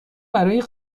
برای